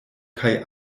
kaj